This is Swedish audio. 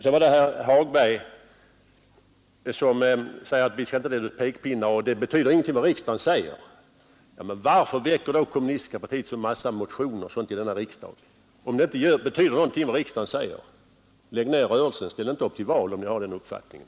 Så var det herr Hagberg, som säger att vi inte skall sätta upp pekpinnar och att det inte betyder någonting vad riksdagen säger. Men varför väcker då kommunistiska partiet en sådan massa motioner o. d., om det inte betyder någonting vad riksdagen säger? Lägg ner rörelsen, ställ inte upp till val om ni har den uppfattningen!